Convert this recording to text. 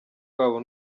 wabo